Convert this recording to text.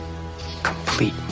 complete